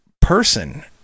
person